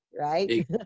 Right